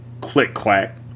Click-clack